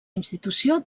institució